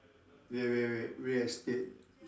wait wait wait real estate